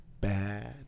bad